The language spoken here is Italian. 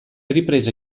riprese